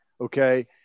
Okay